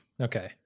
Okay